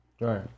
Right